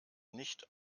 nicht